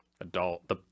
adult